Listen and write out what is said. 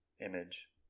image